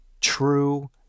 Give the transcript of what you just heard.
true